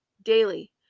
daily